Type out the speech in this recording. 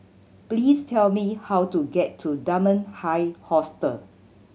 please tell me how to get to Dunman High Hostel